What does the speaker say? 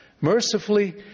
Mercifully